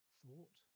thought